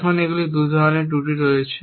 এখন এগুলি 2 ধরণের ত্রুটি রয়েছে